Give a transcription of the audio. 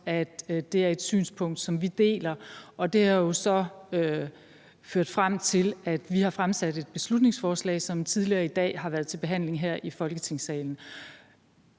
at det er et synspunkt, som vi deler, og det har jo så ført frem til, at vi har fremsat et beslutningsforslag, som tidligere i dag har været til behandling her i Folketingssalen.